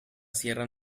sierra